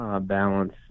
balance